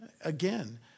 again